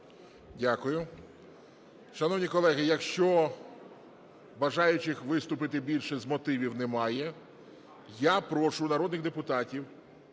Дякую. Шановні колеги, якщо бажаючих виступити з мотивів більше немає, я прошу народних депутатів…